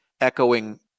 echoing